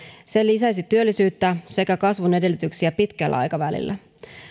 se lisäisi työllisyyttä sekä kasvun edellytyksiä pitkällä aikavälillä